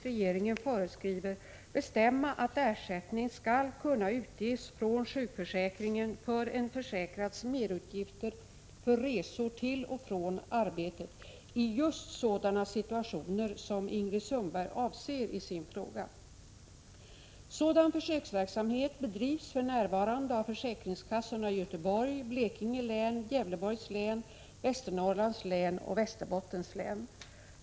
regeringen föreskriver bestämma att ersättning skall kunna utges från sjukförsäkringen för en försäkrads merutgifter för resor till och från arbetet i just sådana situationer som Ingrid Sundberg avser i sin fråga. Sådan försöksverksamhet bedrivs för närvarande av försäkringskassorna i Göteborg, Blekinge län, Gävleborgs län, Västernorrlands län och Västerbottens län.